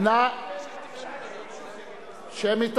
שמית?